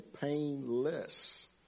painless